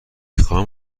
خواهم